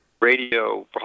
radio